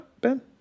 Ben